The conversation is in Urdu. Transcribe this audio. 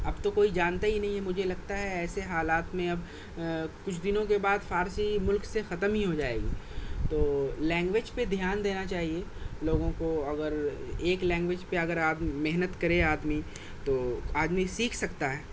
اب تو کوئی جانتا ہی نہیں مجھے لگتا ہے ایسے حالات میں اب کچھ دِنوں کے بعد فارسی مُلک سے ختم ہی ہو جائے گی تو لینگویج پہ دھیان دینا چاہیے لوگوں کو اگر ایک لینگویج پہ اگر آپ محنت کرے آدمی تو آدمی سیکھ سکتا ہے